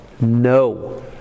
no